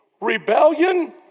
Rebellion